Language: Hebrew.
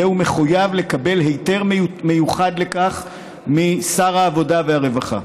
הוא יהיה מחויב לקבל היתר מיוחד לכך משר העבודה והרווחה.